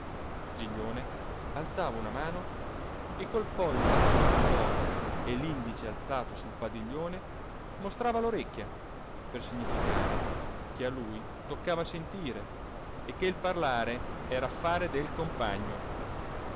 giglione alzava una mano e col pollice sotto il lobo e l'indice alzato sul padiglione mostrava l'orecchia per significare che a lui toccava sentire e che il parlare era affare del compagno